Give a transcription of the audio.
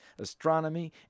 astronomy